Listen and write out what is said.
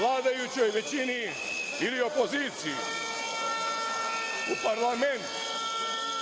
vladajućoj većini ili opoziciji. U parlament